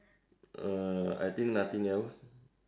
err I think nothing else